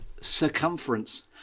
circumference